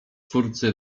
twórcy